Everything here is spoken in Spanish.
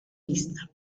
vista